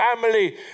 family